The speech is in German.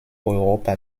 europa